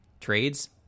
Trades